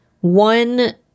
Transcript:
One